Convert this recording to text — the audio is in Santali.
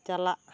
ᱪᱟᱞᱟᱜ